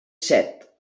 set